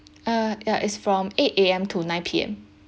uh yeah it's from eight A_M to nine P_M